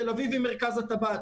תל אביב היא מרכז הטבעת,